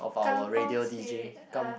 Kampung spirit uh